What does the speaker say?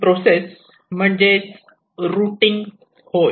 ही process म्हणजे routing होय